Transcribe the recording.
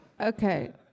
Okay